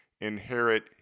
inherit